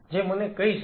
જે મને કહી શકે